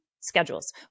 schedules